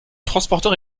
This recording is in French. transporteur